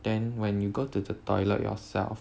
then when you go to the toilet yourself